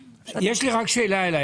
יש לי רק שאלה אליך.